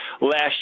last